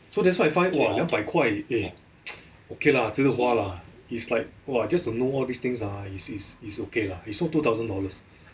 so that's why I find !wah! 两百块 eh okay lah 这个花 lah is like !wah! just to know all these things ah is is is okay lah it's not two thousand dollars